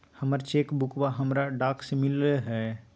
हमर चेक बुकवा हमरा डाक से मिललो हे